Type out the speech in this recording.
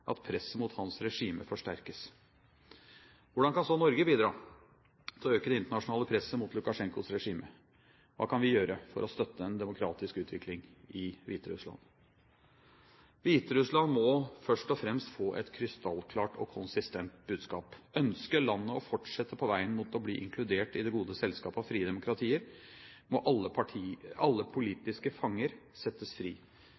at presset mot hans regime forsterkes. Hvordan kan så Norge bidra til å øke det internasjonale presset mot Lukasjenkos regime? Hva kan vi gjøre for å støtte en demokratisk utvikling i Hviterussland? Hviterussland må først og fremst få et krystallklart og konsistent budskap: Ønsker landet å fortsette på veien mot å bli inkludert i det gode selskap av frie demokratier, må alle politiske fanger settes fri.